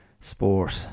sport